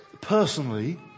personally